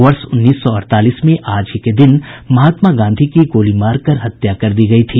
वर्ष उन्नीस सौ अड़तालीस में आज ही के दिन महात्मा गांधी की गोली मारकर हत्या कर दी गई थी